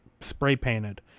spray-painted